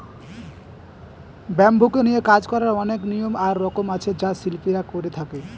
bamboo নিয়ে কাজ করার অনেক নিয়ম আর রকম আছে যা শিল্পীরা করে থাকে